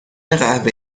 قهوه